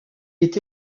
est